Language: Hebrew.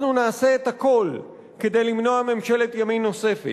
אנחנו נעשה את הכול כדי למנוע ממשלת ימין נוספת.